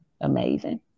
Amazing